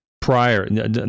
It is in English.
prior